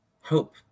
hope